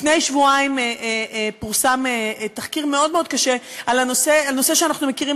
לפני שבועיים פורסם תחקיר מאוד מאוד קשה על נושא שאנחנו מכירים,